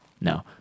no